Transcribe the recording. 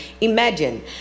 imagine